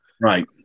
right